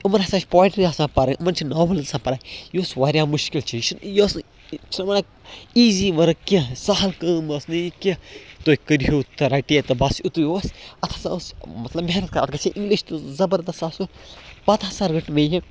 یِمَن ہَسا چھِ پویٹرٛی آسان پَرٕنۍ یِمَن چھِ ناول آسان پَرٕنۍ یُس واریاہ مُشکِل چیٖز چھُ یہِ اوس نہٕ چھِنَہ وَنان ایٖزی ؤرٕک کیٚنٛہہ سَہل کٲم ٲس نہٕ یہِ کیٚنٛہہ تُہۍ کٔرۍہِو تہٕ رَٹہِ ہے تہٕ بَس یُتُے اوس اَتھ ہَسا اوس مطلب محنت کَران اتھ گژھِ ہے اِنٛگلِش تہِ زَبردَس آسُن پَتہٕ ہَسا رٔٹ مےٚ یہِ